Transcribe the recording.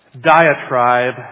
diatribe